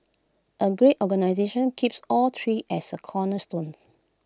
A great organisation keeps all three as cornerstones